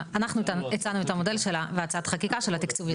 אבל אנחנו הצענו את המודל והצעת החקיקה של התקצוב הישיר.